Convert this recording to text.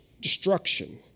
destruction